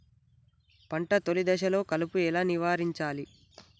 పంట తొలి దశలో కలుపు ఎలా నివారించాలి?